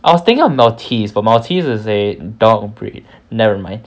I was thinking of maltese but maltese is a dog breed never mind